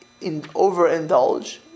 overindulge